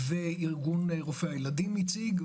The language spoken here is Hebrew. וארגון רופאי הילדים הציג,